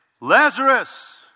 Lazarus